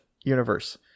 universe